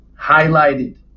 highlighted